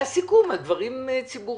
היה סיכום על דברים ציבוריים.